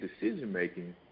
decision-making